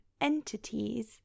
entities